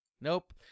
Nope